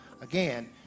again